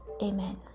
amen